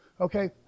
Okay